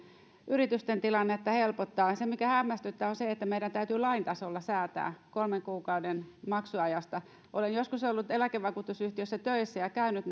yritysten tilannetta helpottaa se mikä hämmästyttää on se että meidän täytyy lain tasolla säätää kolmen kuukauden maksuajasta olen joskus ollut eläkevakuutusyhtiössä töissä ja käynyt